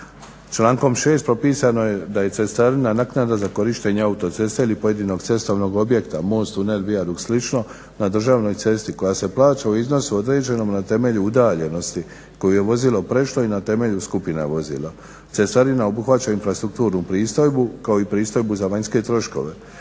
Člankom 6. propisano je da je cestarina naknada za korištenje autoceste ili pojedinog cestovnog objekta: most, tunel, viadukt i slično, na državnoj cesti koja se plaća u iznosu određenom na temelju udaljenosti koju je vozilo prešlo i na temelju skupina vozila. Cestarina obuhvaća infrastrukturnu pristojbu, kao i pristojbu za vanjske troškove.